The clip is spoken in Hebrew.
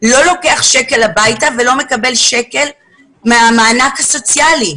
לא לוקח שקל הביתה ולא מקבל שקל מהמענק הסוציאלי.